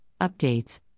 updates